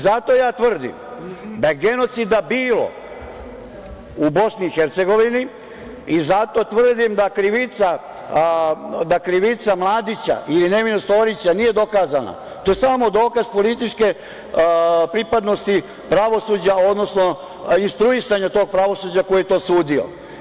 Zato ja tvrdim da je genocida bilo u Bosni i Hercegovini i zato tvrdim da krivica Mladića ili nevinost Orića nije dokazana, to je samo dokaz političke pripadnosti pravosuđa, odnosno instruisanja tog pravosuđa koji je to osudio.